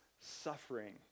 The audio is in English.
suffering